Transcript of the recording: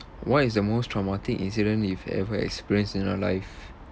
what is the most traumatic incident you've ever experienced in your life